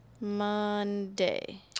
monday